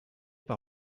par